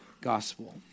Gospel